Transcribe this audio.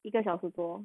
一个小时多